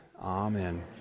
Amen